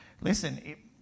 listen